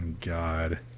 God